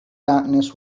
darkness